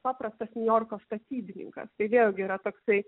paprastas niujorko statybininkas tai vėlgi yra toksai